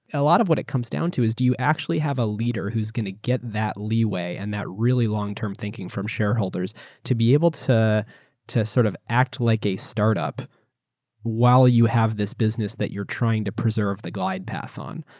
a lot of what it comes down to is do you actually have a leader who's going to get that leeway and that really long term thinking from shareholders to be able to to sort of act like a startup while you have this business that you're trying to preserve the glide path on.